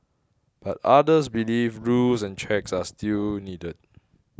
but others believe rules and checks are still needed